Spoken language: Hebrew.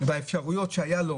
באפשרויות שהיו לו